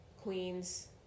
queens